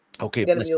Okay